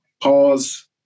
pause